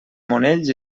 monells